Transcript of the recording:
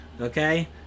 Okay